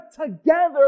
together